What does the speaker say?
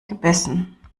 gebissen